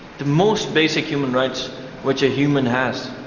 the most basic human rights which a human has,